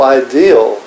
ideal